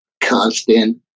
constant